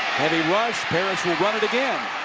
parrish will run it again.